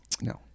No